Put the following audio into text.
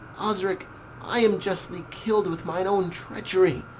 osric i am justly kill'd with mine own treachery.